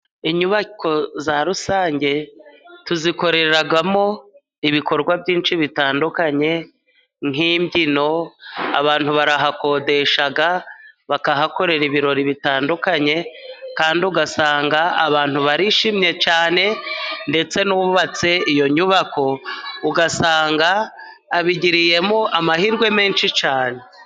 Inyubako za rusange, tuzikoreramo ibikorwa byinshi bitandukanye nk'imbyino abantu barahakodesha bakahakorera ibirori bitandukanye, kandi ugasanga abantu barishimye cyane, ndetse n'uwubatse iyo nyubako ugasanga abigiriyemo amahirwe menshi cyane.